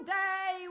day